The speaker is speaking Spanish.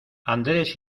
andrés